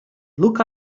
look